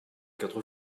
quatre